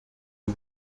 who